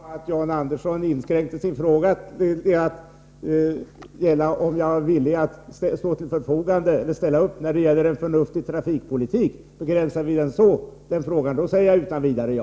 Herr talman! Om John Andersson inskränker sin fråga till att gälla om jag är villig att ställa upp för en förnuftig trafikpolitik, säger jag utan vidare ja.